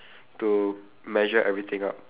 to measure everything out